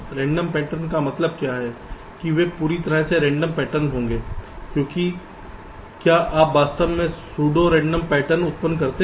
random pattern का मतलब है कि वे पूरी तरह से रैंडम पैटर्न होंगे लेकिन क्या आप वास्तव में सूडो रेंडम पैटर्न उत्पन्न करते हैं